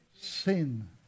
sin